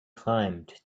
climbed